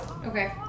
Okay